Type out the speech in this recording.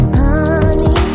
honey